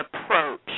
approach